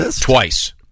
twice